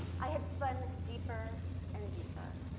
i had spun deeper and deeper.